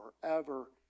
forever